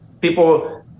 people